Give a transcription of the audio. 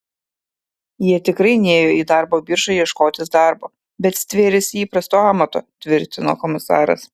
jie tikrai nėjo į darbo biržą ieškotis darbo bet stvėrėsi įprasto amato tvirtino komisaras